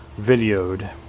videoed